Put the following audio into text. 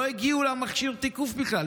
לא הגיעו למכשיר תיקוף בכלל,